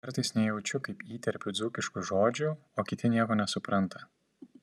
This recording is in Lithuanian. kartais nejaučiu kaip įterpiu dzūkiškų žodžių o kiti nieko nesupranta